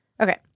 okay